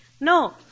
No